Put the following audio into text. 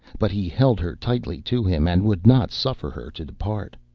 but he held her tightly to him, and would not suffer her to depart.